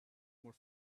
more